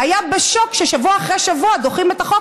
היה בשוק ששבוע אחרי שבוע דוחים את החוק,